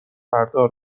بردار